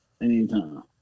anytime